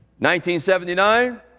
1979